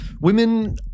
women